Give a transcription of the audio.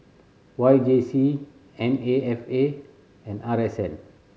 Y J C N A F A and R S N